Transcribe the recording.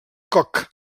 coc